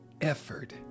effort